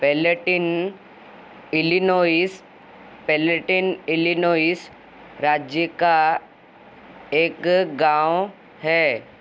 Palatine Illinois Palatine Illinois राज्य का एक गाँव है